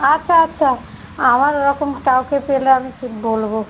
আচ্ছা আচ্ছা আমার ওরকম কাউকে পেলে আমি বলবো